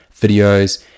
videos